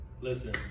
listen